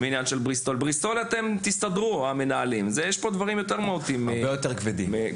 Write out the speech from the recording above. המנהלים יסתדרו עם הבריסטול; יש כאן דברים הרבה יותר כבדים.